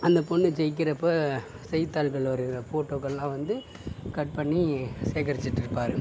அந்த பொண்ணு ஜெயிக்கிறப்போ செய்தித்தாள்களில் வரும் ஃபோட்டோகள்லாம் வந்து கட் பண்ணி சேகரிச்சிட்டுருப்பாரு